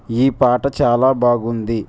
ఈ పాట చాలా బాగుంది